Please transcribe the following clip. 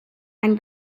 and